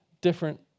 different